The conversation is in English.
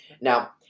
Now